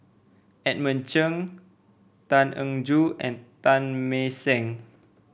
Edmund Chen Tan Eng Joo and Teng Mah Seng